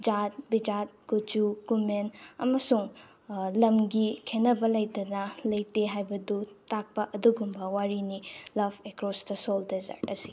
ꯖꯥꯠ ꯕꯤꯖꯥꯠ ꯀꯨꯆꯨ ꯀꯨꯃꯦꯟ ꯑꯃꯁꯨꯡ ꯂꯝꯒꯤ ꯈꯦꯅꯕ ꯂꯩꯇꯅ ꯂꯩꯇꯦ ꯍꯥꯏꯕꯗꯨ ꯇꯥꯛꯄ ꯑꯗꯨꯒꯨꯝꯕ ꯋꯥꯔꯤꯅꯤ ꯂꯞ ꯑꯦꯀ꯭ꯔꯣꯁ ꯗ ꯁꯣꯜ ꯗꯦꯖꯥꯔꯠ ꯑꯁꯤ